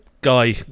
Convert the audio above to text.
Guy